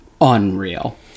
unreal